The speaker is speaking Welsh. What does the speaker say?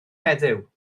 heddiw